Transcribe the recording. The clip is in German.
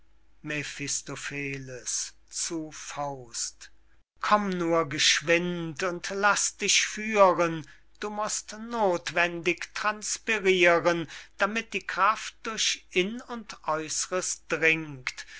komm nur geschwind und laß dich führen du mußt nothwendig transpiriren damit die kraft durch inn und äußres dringt